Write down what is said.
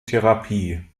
therapie